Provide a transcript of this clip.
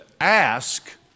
ask